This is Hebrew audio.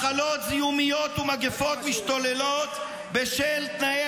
מחלות זיהומיות ומגפות משתוללות בשל התנאים